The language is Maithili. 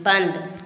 बन्द